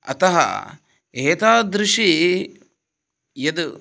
अतः एतादृशी यद्